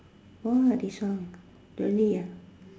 !wah! this one really ah